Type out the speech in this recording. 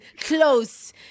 close